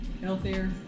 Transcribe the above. Healthier